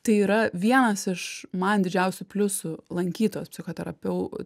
tai yra vienas iš man didžiausių pliusų lankytojos psichoterapeu